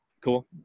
Cool